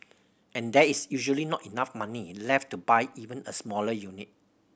and there is usually not enough money left to buy even a smaller unit